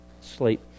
sleep